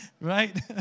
Right